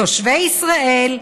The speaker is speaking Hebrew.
תושבי ישראל,